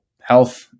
health